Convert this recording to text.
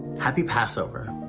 happy passover.